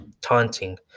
taunting